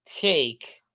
take